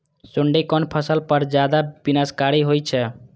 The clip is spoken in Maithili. सुंडी कोन फसल पर ज्यादा विनाशकारी होई छै?